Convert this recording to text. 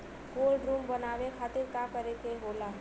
Cold room बनावे खातिर का करे के होला?